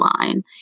line